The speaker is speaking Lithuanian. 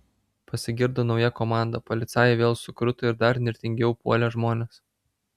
pasigirdo nauja komanda policajai vėl sukruto ir dar nirtingiau puolė žmones